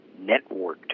networked